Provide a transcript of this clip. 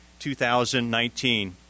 2019